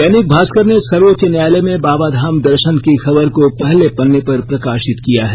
दैनिक भास्कर ने सर्वोच्च न्यायालय में बाबाधाम दर्शन की खबर को पहले पन्ने पर प्रकाशित किया है